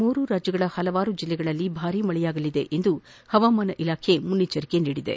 ಮೂರು ರಾಜ್ಯಗಳ ಹಲವಾರು ಜಿಲ್ಲೆಗಳಗಳಲ್ಲಿ ಭಾರೀ ಮಳೆಯಾಗಲಿದೆ ಎಂದು ಹವಾಮಾನ ಇಲಾಖೆ ಮುನ್ನೆಚ್ಲರಿಕೆ ನೀಡಿದೆ